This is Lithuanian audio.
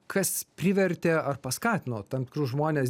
kas privertė ar paskatino tam tikrus žmones